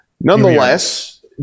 Nonetheless